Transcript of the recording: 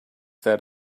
that